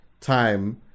time